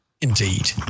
Indeed